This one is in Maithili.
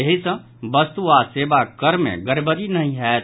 एहि सॅ वस्तु आ सेवा कर मे गड़बड़ी नहि होयत